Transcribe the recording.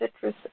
citrus